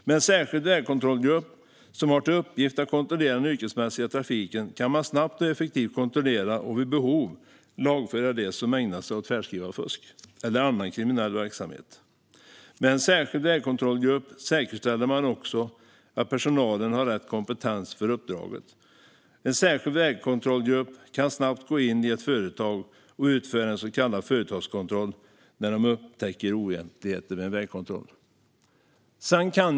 Med en särskild vägkontrollgrupp som har till uppgift att kontrollera den yrkesmässiga trafiken kan man snabbt och effektivt kontrollera och vid behov lagföra dem som ägnar sig åt färdskrivarfusk eller annan kriminell verksamhet. Med en särskild vägkontrollgrupp säkerställer man också att personalen har rätt kompetens för uppdraget. En särskild vägkontrollgrupp kan snabbt gå in i ett företag och utföra en så kallad företagskontroll när de upptäcker oegentligheter vid en vägkontroll.